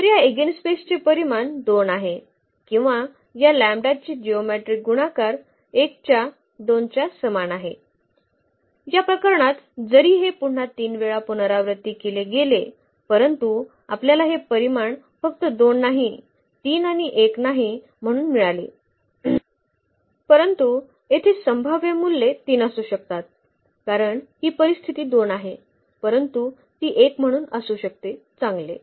तर या इगेनस्पेसचे परिमाण 2 आहे किंवा या लॅम्बडाची जिओमेट्रीक गुणाकार 1 च्या 2 च्या समान आहे या प्रकरणात जरी हे पुन्हा 3 वेळा पुनरावृत्ती केले गेले परंतु आपल्याला हे परिमाण फक्त 2 नाही 3 आणि 1 नाही म्हणून मिळाले परंतु येथे संभाव्य मूल्ये 3 असू शकतात कारण ही परिस्थिती 2 आहे परंतु ती 1 म्हणून असू शकते चांगले